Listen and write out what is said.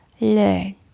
learn